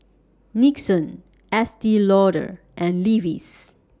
Nixon Estee Lauder and Levi's